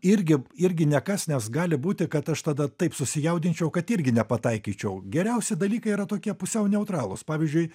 irgi irgi nekas nes gali būti kad aš tada taip susijaudinčiau kad irgi ne pataikyčiau geriausi dalykai yra tokie pusiau neutralūs pavyzdžiui